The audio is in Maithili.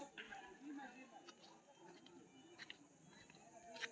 अय मे सात साल मे बीस अरब डॉलर सं बेसी खर्च करै के परिकल्पना कैल गेल रहै